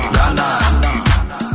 Ghana